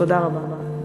תודה רבה.